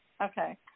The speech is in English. Okay